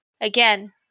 Again